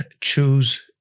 choose